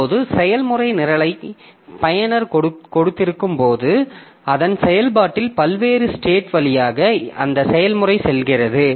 இப்போது செயல்முறை நிரலை பயனர் கொடுத்திருக்கும்போது அதன் செயல்பாட்டில் பல்வேறு ஸ்டேட் வழியாக அந்த செயல்முறை செல்கிறது